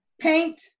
Paint